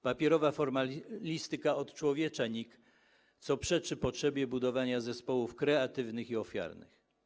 Papierowa formalistyka odczłowiecza NIK, co przeczy potrzebie budowania zespołów kreatywnych i ofiarnych.